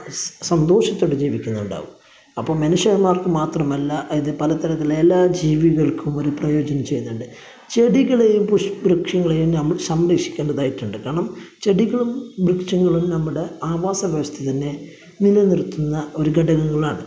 സന്തോഷത്തോടെ ജീവിക്കുന്നുണ്ടാവും അപ്പോൾ മനുഷ്യന്മാര്ക്ക് മാത്രമല്ല അത് പലതരത്തിലുള്ള എല്ലാ ജീവികള്ക്കും ഒരു പ്രയോജനം ചെയ്യുന്നുണ്ട് ചെടികളെയും വൃക്ഷങ്ങളെയും നമ്മള് സംരക്ഷിക്കേണ്ടതായിട്ടുണ്ട് കാരണം ചെടികളും വൃക്ഷങ്ങളും നമ്മുടെ ആവാസ വ്യവസ്ഥിതി തന്നെ നിലനിര്ത്തുന്ന ഒരു ഘടകങ്ങളാണ്